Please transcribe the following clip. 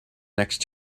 next